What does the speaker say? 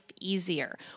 easier